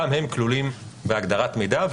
גם הם כלולים בהגדרת מידע,